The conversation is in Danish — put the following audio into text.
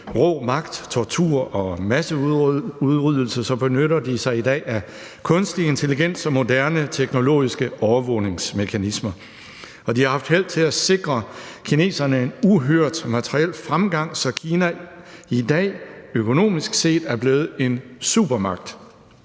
rå magt, tortur og masseudryddelse, benytter de sig i dag af kunstig intelligens og moderne teknologiske overvågningsmekanismer, og de har haft held til at sikre kineserne en uhørt materiel fremgang, så Kina i dag økonomisk set er blevet en supermagt.